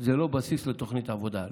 זה לא בסיס לתוכנית עבודה.